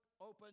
open